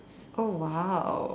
oh !wow!